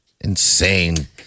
insane